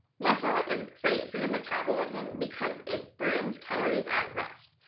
muscle is great for your metabolism because it burns calories at rest,